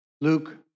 Luke